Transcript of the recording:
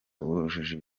bujuje